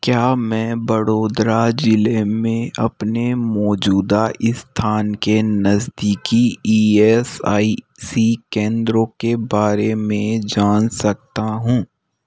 क्या मैं वडोदरा जिले में अपने मौजूदा स्थान के नज़दीकी ई एस आई सी केंद्रों के बारे में जान सकता हूँ